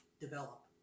develop